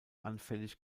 anfällig